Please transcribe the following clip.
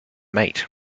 mate